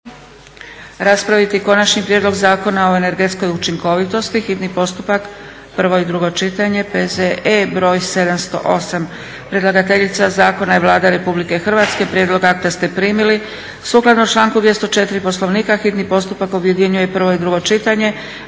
raspraviti - Konačni prijedlog zakona o energetskoj učinkovitosti, hitni postupak, prvo i drugo čitanje, P.Z.E. br. 708 Predlagateljica zakona je Vlada RH. Prijedlog akta ste primili. Sukladno članku 204. Poslovnika, hitni postupak objedinjuje prvo i drugo čitanje.